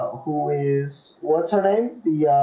who is what's her name the